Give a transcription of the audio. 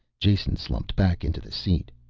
jason slumped back into the seat.